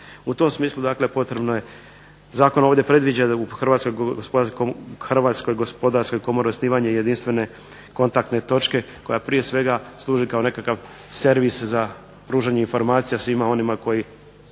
U tom smislu dakle potrebno je, zakon ovdje predviđa da u Hrvatskoj gospodarskoj komori osnivanje jedinstvene kontaktne točke koja prije svega služi kao nekakav servis za pružanje informacija svima onima koji,